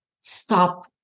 stop